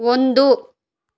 ಒಂದು